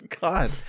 god